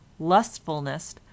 lustfulness